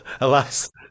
alas